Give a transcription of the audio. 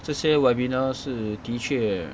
这些 webinar 是的确